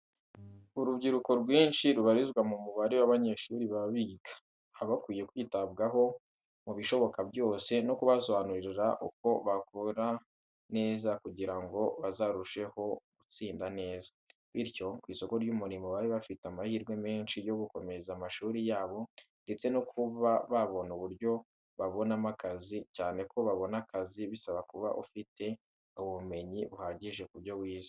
Urubyiruko rwinshi rubarirwa mu mubare w'abanyeshuri baba biga. Baba bakwiye kwitabwaho mu bishoboka byose no kubasobanurira uko bakora neza kugira ngo bazarusheho gutsinda neza, bityo ku isoko ry'umurimo babe bafite amahirwe menshi yo gukomeza amashuri yabo ndetse no kuba babona uburyo babonamo akazi, cyane ko kubona akazi bisaba kuba ufite ubumenyi buhagije mu byo wize.